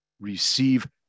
receive